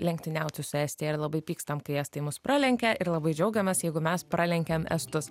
lenktyniauti su estija ir labai pykstam kai estai mus pralenkia ir labai džiaugiamės jeigu mes pralenkiam estus